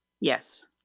Yes